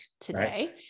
today